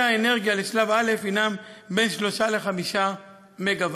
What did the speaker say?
האנרגיה לשלב א' הם בין 3 ל-5 מגה-ואט.